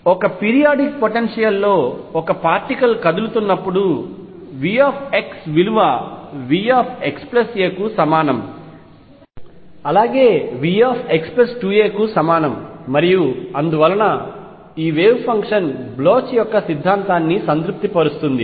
కాబట్టి ఒక periodic potential లో ఒక పార్టికల్ కదులుతున్నప్పుడు V విలువ V xa కు సమానం అలాగే V x2a కు సమానం మరియు అందువలన ఆ వేవ్ ఫంక్షన్ బ్లోచ్ యొక్క సిద్ధాంతాన్ని సంతృప్తిపరుస్తుంది